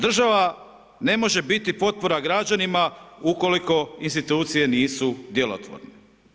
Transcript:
Država ne može biti potpora građanima ukoliko institucije nisu djelotvorne.